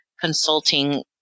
consulting